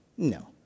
No